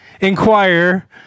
inquire